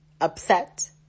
upset